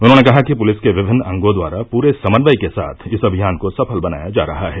उन्होंने कहा कि पुलिस के विभिन्न अंगों द्वारा पूरे समन्वय के साथ इस अभियान को सफल बनाया जा रहा है